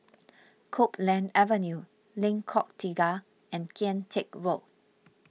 Copeland Avenue Lengkok Tiga and Kian Teck Road